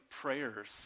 prayers